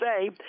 say